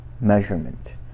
measurement